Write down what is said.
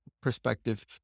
perspective